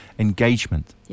engagement